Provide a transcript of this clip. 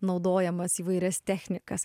naudojamas įvairias technikas